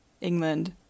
England